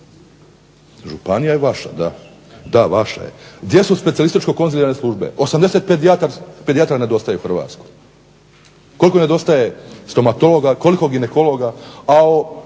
Županija je vaša, da. Da, vaša je. Gdje su specijalističko-konzilijarne službe, 80 pedijatara nedostaje u Hrvatskoj. Koliko nedostaje stomatologa koliko ginekologa, a da